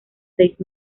seis